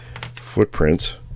footprints